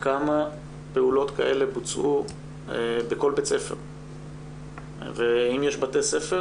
כמה פעולות כאלה בוצעו בכל בית ספר ואם יש בתי ספר